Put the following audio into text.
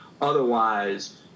Otherwise